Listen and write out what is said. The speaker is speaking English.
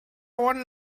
one